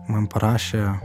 man parašė